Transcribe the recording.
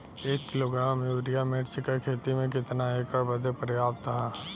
एक kilogram urea मिर्च क खेती में कितना एकड़ बदे पर्याप्त ह?